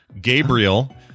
Gabriel